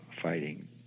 fighting